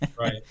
Right